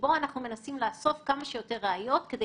שבו אנחנו מנסים לאסוף כמה שיותר ראיות כדי